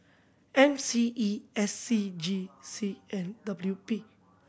M C E S C G C and W P